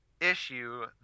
issue